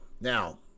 Now